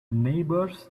neighbors